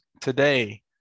today